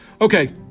Okay